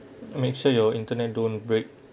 make sure your internet don't break